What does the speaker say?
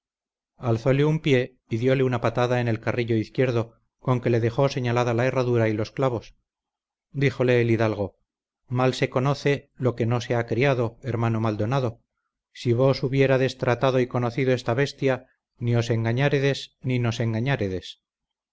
herradura alzóle un pie y diole una patada en el carrillo izquierdo con que le dejó señalada la herradura y los clavos díjole el hidalgo mal se conoce lo que no se ha criado hermano maldonado si vos hubiérades tratado y conocido esta bestia ni os engañárades ni nos engañárades